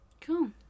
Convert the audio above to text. Cool